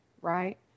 right